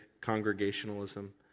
congregationalism